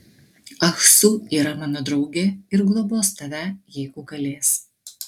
ah su yra mano draugė ir globos tave jeigu galės